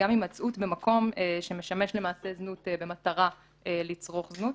גם הימצאות במקום שמשמש למעשה זנות במטרה לצרוך זנות.